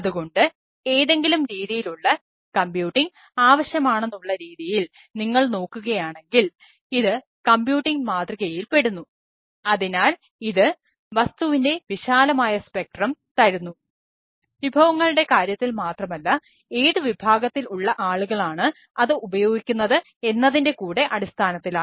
അതുകൊണ്ട് ഏതെങ്കിലും രീതിയിലുള്ള കമ്പ്യൂട്ടിംഗ് തരുന്നു വിഭവങ്ങളുടെ കാര്യത്തിൽ മാത്രമല്ല ഏത് വിഭാഗത്തിൽ ഉള്ള ആളുകളാണ് അത് ഉപയോഗിക്കുന്നത് എന്നതിൻറെ കൂടെ അടിസ്ഥാനത്തിലാണ്